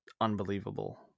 unbelievable